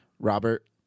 Robert